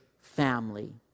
family